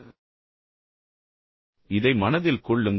எனவே இதை மனதில் கொள்ளுங்கள்